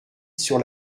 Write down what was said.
sur